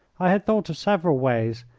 i had thought of several ways,